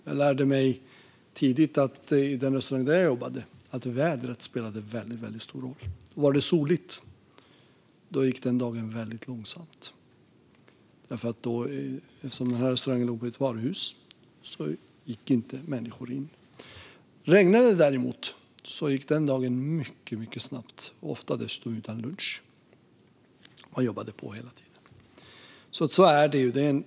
Jag lärde mig tidigt i den restaurang där jag jobbade att vädret spelade väldigt stor roll. Om det var soligt gick dagen väldigt långsamt. Eftersom restaurangen låg i ett varuhus gick människor inte in. Om det däremot regnade gick dagen mycket snabbt. Ofta fick man dessutom gå utan lunch; man jobbade på hela tiden. Så här är det.